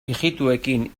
ijitoekin